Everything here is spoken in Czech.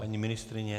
Paní ministryně?